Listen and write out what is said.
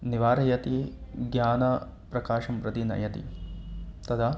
निवारयति ज्ञानप्रकाशं प्रति नयति तदा